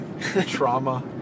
trauma